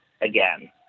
again